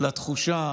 לתחושה